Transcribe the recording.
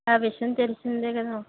ఆ విషయం తెలిసిందే కదా